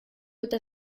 eta